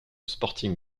sporting